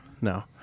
No